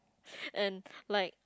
and like